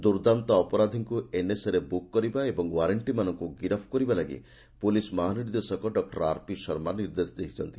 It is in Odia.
ଦୁର୍ଦ୍ଦାନ୍ତ ଅପରାଧୀଙ୍କୁ ଏନ୍ଏସ୍ଏ ରେ ବୁକ୍ କରିବା ଏବଂ ଓ୍ୱାରେକ୍କିମାନଙ୍କୁ ଗିରଫ୍ କରିବା ଲାଗି ପୁଲିସ୍ ମହାନିର୍ଦ୍ଦେଶକ ଡକୁର ଆର୍ପି ଶର୍ମା ନିର୍ଦ୍ଦେଶ ଦେଇଛନ୍ତି